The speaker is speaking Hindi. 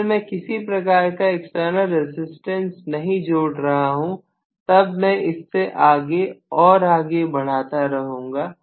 अगर मैं किसी प्रकार का एक्सटर्नल रसिस्टम्स नहीं जोड़ रहा हूं तब मैं इससे आगे और आगे बढ़ाता रहूंगा